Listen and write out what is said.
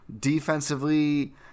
defensively